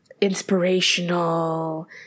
inspirational